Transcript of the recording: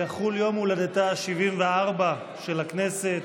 יחול יום הולדתה ה-74 של הכנסת.